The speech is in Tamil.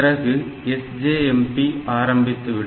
பிறகு SJMP ஆரம்பித்துவிடும்